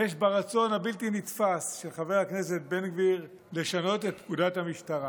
יש ברצון הבלתי-נתפס של חבר הכנסת בן גביר לשנות את פקודת המשטרה,